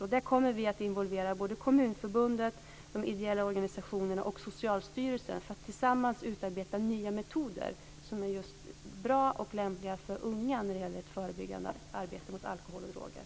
I det arbetet kommer vi att involvera Kommunförbundet, de ideella organisationerna och Socialstyrelsen för att vi tillsammans ska kunna utarbeta nya metoder som är bra och lämpliga för unga när det gäller ett förebyggande arbete mot alkohol och droger.